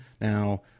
Now